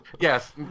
yes